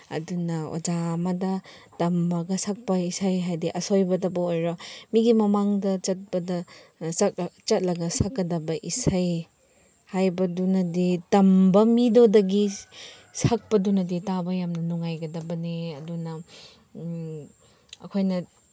ꯑꯗꯨꯅ ꯑꯣꯖꯥ ꯑꯃꯗ ꯇꯝꯃꯒ ꯁꯛꯄ ꯏꯁꯩ ꯍꯥꯏꯗꯤ ꯑꯁꯣꯏꯕꯗꯕꯨ ꯑꯣꯏꯔꯣ ꯃꯤꯒꯤ ꯃꯃꯥꯡꯗ ꯆꯠꯄꯗ ꯆꯠꯂꯒ ꯁꯛꯀꯗꯕ ꯏꯁꯩ ꯍꯥꯏꯕꯗꯨꯅꯗꯤ ꯇꯝꯕ ꯃꯤꯗꯨꯗꯒꯤ ꯁꯛꯄꯗꯨꯅꯗꯤ ꯇꯥꯕ ꯌꯥꯝꯅ ꯅꯨꯡꯉꯥꯏꯒꯗꯕꯅꯤ ꯑꯗꯨꯅ ꯑꯩꯈꯣꯏꯅ